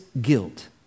guilt